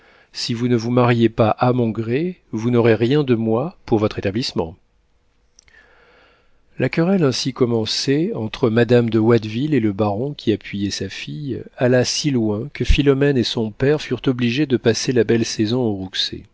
si vous ne vous mariez pas à mon gré vous n'aurez rien de moi pour votre établissement la querelle ainsi commencée entre madame de watteville et le baron qui appuyait sa fille alla si loin que philomène et son père furent obligés de passer la belle saison aux